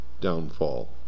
downfall